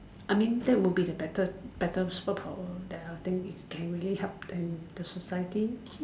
I mean that would be the better better superpower that I will think it can really help and the society